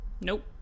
nope